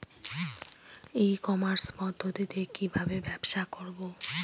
ই commerce পদ্ধতিতে কি ভাবে ব্যবসা করব?